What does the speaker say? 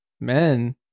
men